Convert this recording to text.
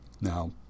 Now